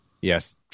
Yes